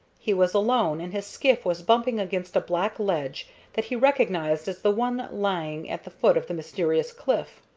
he was alone, and his skiff was bumping against a black ledge that he recognized as the one lying at the foot of the mysterious cliff.